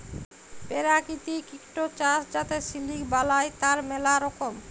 পেরাকিতিক ইকট চাস যাতে সিলিক বালাই, তার ম্যালা রকম